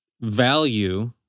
value